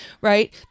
right